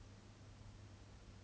永远不会发生的